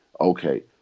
Okay